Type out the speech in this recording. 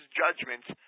judgments